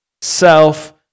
self